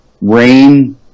Rain